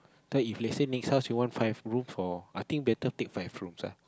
then if let's say next house you want five room for I think better take five rooms ah